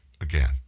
again